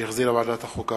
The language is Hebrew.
שהחזירה ועדת החוקה,